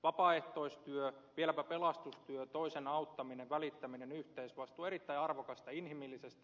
vapaaehtoistyö vieläpä pelastustyö toisen auttaminen välittäminen yhteisvastuu erittäin arvokasta inhimillisesti